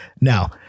Now